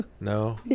No